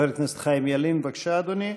חבר הכנסת חיים ילין, בבקשה, אדוני,